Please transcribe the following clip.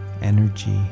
energy